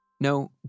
No